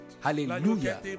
Hallelujah